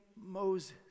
moses